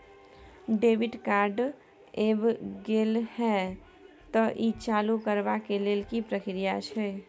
Debit card ऐब गेल हैं त ई चालू करबा के लेल की प्रक्रिया छै?